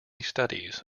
studies